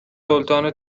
سلطان